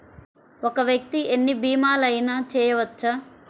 ఒక్క వ్యక్తి ఎన్ని భీమలయినా చేయవచ్చా?